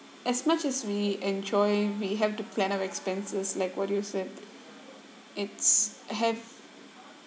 as much as we enjoy we have to plan our expenses like what you said it's have